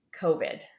COVID